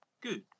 Good